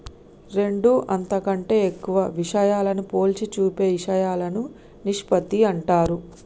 రెండు అంతకంటే ఎక్కువ విషయాలను పోల్చి చూపే ఇషయాలను నిష్పత్తి అంటారు